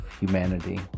humanity